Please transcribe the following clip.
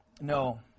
No